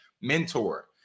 mentor